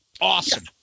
Awesome